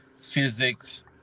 physics